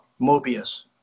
Mobius